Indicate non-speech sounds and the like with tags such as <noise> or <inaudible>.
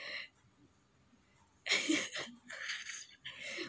<laughs>